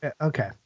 Okay